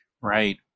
right